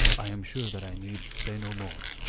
i am sure that i need say no more.